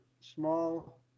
small